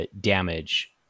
damage